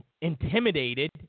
intimidated